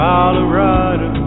Colorado